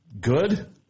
Good